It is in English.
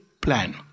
plan